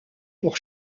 pour